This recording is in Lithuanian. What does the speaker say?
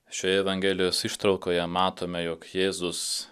šioje evangelijos ištraukoje matome jog jėzus